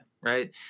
Right